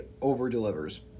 over-delivers